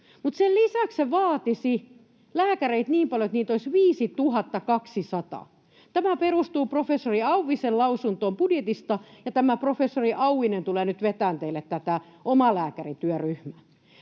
vedonnut, vaatisi lääkäreitä niin paljon, että niitä olisi 5 200. Tämä perustuu professori Auvisen lausuntoon budjetista, ja tämä professori Auvinen tulee nyt vetämään teille tätä omalääkärityöryhmää.